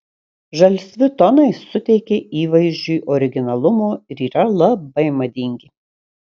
žalsvi tonai suteikia įvaizdžiui originalumo ir yra labai madingi